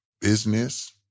business